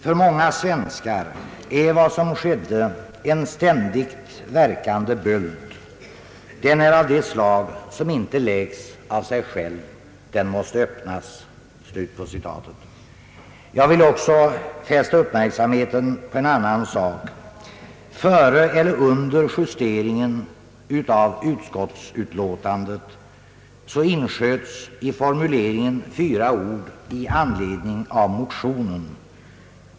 För många svenskar är vad som skedde en ständigt värkande böld. Den är av det slag som inte läks av sig själv. Den måste öppnas.» Jag vill också fästa uppmärksamheten på en annan sak. Före eller under justeringen av utskottsutlåtandet insköts i formuleringen fyra ord, nämligen »i anledning av motionen».